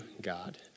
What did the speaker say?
God